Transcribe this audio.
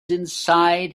inside